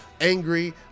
angry